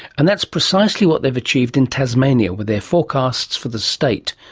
and that's precisely what they've achieved in tasmania with their forecasts for the state,